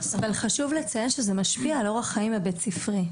אבל חשוב ממש לציין שזה משפיע על אורח החיים הבית ספרי.